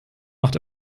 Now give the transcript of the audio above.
macht